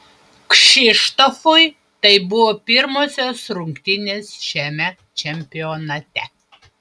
kšištofui tai buvo pirmosios rungtynės šiame čempionate